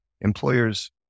employers